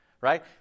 right